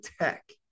Tech